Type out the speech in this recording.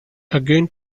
again